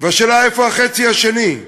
והשאלה היא איפה החצי השני.